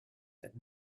that